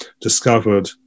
discovered